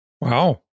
Wow